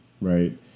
Right